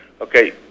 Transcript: Okay